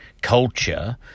culture